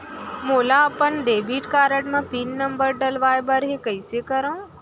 मोला अपन debit card म पिन नंबर डलवाय बर हे कइसे करव?